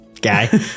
guy